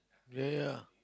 ya ya